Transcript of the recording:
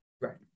Right